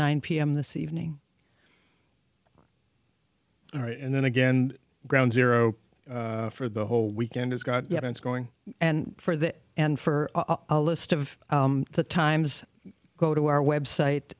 nine pm this evening and then again ground zero for the whole weekend has got going and for that and for a list of the times go to our website